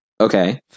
Okay